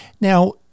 Now